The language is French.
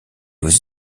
aux